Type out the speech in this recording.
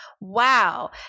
Wow